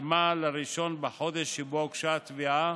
שקדמה ל-1 בחודש שבו הוגשה התביעה,